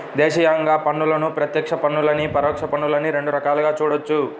దేశీయంగా పన్నులను ప్రత్యక్ష పన్నులనీ, పరోక్ష పన్నులనీ రెండు రకాలుగా చూడొచ్చు